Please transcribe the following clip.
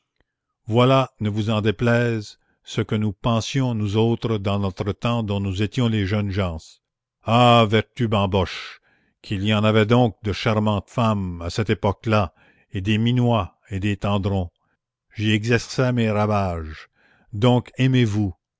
voilà ne vous en déplaise ce que nous pensions nous autres dans notre temps dont nous étions les jeunes gens ah vertu bamboche qu'il y en avait donc de charmantes femmes à cette époque-là et des minois et des tendrons j'y exerçais mes ravages donc aimez-vous